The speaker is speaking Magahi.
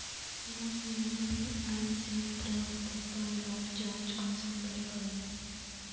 मुई यु.पी.आई से प्राप्त भुगतान लार जाँच कुंसम करे करूम?